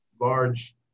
large